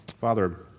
Father